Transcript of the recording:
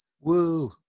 Woo